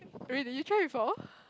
really you try before